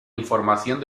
información